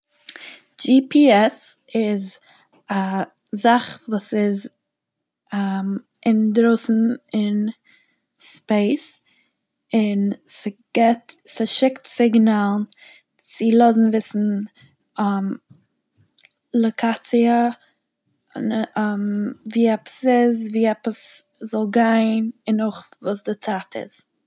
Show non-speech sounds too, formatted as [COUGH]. א GPS איז א זאך וואס איז [HESITATION] אינדרויסן אין ספעיס, און ס'געבט- ס'שיקט סיגנאלן צו לאזן וויסן [HESITATION] לאקאציע און [HESITATION] ווי עפעס איז איז ווי עפעס זאל גיין און אויך וואס די צייט איז.